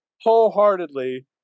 wholeheartedly